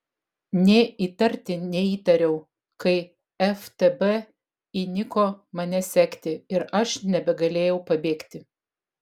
nė įtarti neįtariau kai ftb įniko mane sekti ir aš nebegalėjau pabėgti